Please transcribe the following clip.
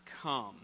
come